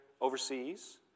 overseas